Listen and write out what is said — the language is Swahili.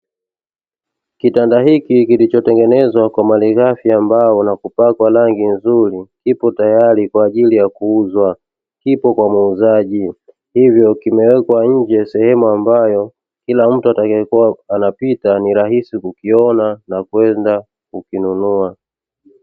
Kitanda hiki kilichotengenezwa kwa malihafi ya mbao na kupakwa rangi nzuri, kipo tayari kwa ajili ya kuuzwa. Kipo kwa muuzaji hivyo kimewekwa nje sehemu ambayo kila mtu atakayekua anapita, rahisi kukiona na kwenda kukinunua.